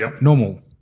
normal